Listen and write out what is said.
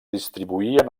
distribuïen